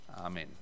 Amen